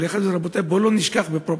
אבל יחד עם זה, רבותי, בואו לא נשכח, בפרופורציות,